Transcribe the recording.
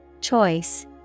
Choice